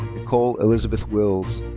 nicole elisabeth wills.